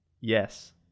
yes